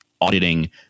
auditing